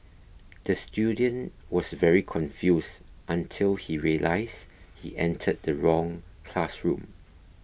the student was very confused until he realised he entered the wrong classroom